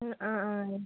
ആ ആ